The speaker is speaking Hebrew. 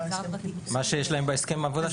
מה שיש להם בהסכם העבודה.